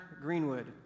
Greenwood